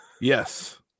Yes